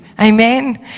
amen